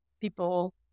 people